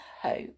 hope